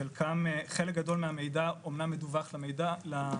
חלק גדול של המידע אמנם מדווח למנהל,